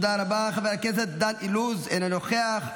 נא לאפשר לנו להמשיך.